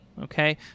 Okay